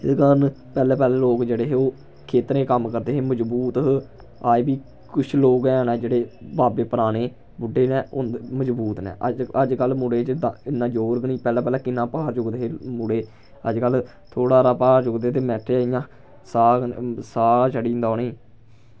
एह् कारण पैह्लैं पैह्लैं लोग जेह्ड़े हे ओह् खेत्तरें च कम्म करदे हे मजबूत हे अज्ज बी कुछ लोग हैन जेह्ड़े बाबे पराने बुड्डे न मजबूत न अज्जकल मुड़े च इ'न्ना जोर गै नी पैह्लैं पैह्लैं किन्ना भार चुकदे हे मुड़े अज्जकल थोह्ड़ा हारा भार चुकदे ते मैंटें च इयां साह् कन्नै साह् चढ़ी जंदी उनेंई